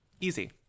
Easy